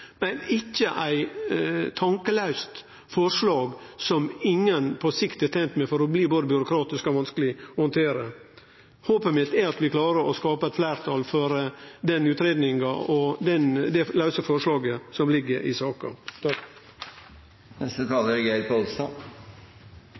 men vi ønskjer ei ordning som er føreseieleg, som er god, som næringa er tent med, og som kommunane er tente med, og ikkje eit tankelaust forslag som ingen på sikt er tent med, fordi det blir både byråkratisk og vanskeleg å handtere. Håpet mitt er at vi klarer å skape eit fleirtal for